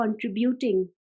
contributing